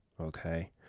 okay